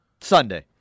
Sunday